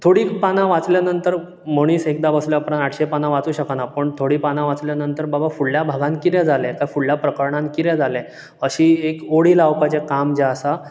थोडीं पानां वाचल्या नंतर मनीस एकदां बसल्या उपरांत आठशीं पानां वाचूं शकना पण थोडीं पानां वाचल्या नंतर बाबा फुडल्या भागांत कितें जालें कांय फुडल्या प्रकरणान कितें जालें अशी एक ओडी लावपाचें काम जें आसा